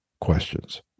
questions